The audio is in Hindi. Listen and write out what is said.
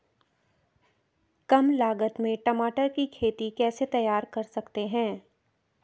कम लागत में टमाटर की खेती कैसे तैयार कर सकते हैं?